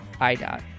IDOT